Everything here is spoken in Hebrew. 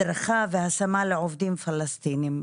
הדרכה והשמה לעובדים פלסטינים.